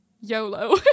YOLO